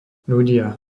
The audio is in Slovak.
ľudia